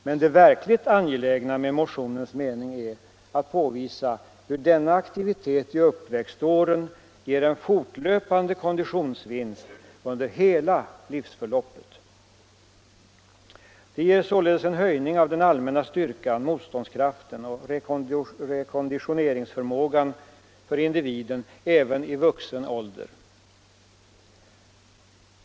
Men det verkligt angelägna syftet med motionen är att påvisa hur denna aktivitet i uppväxtåren ger en fortlöpande konditionsvinst under hela livsförloppet. Det ger således en höjning av den allmänna styrkan, motståndskraften och rekonditioneringsförmågan = Nr 29 för individen även i vuxen ålder.